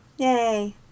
Yay